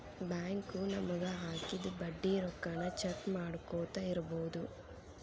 bank ನಮಗ ಹಾಕಿದ ಬಡ್ಡಿ ರೊಕ್ಕಾನ ಚೆಕ್ ಮಾಡ್ಕೊತ್ ಇರ್ಬೊದು